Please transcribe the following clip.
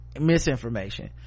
Misinformation